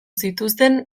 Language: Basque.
zituzten